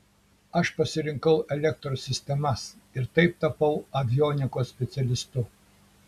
aš pasirinkau elektros sistemas ir taip tapau avionikos specialistu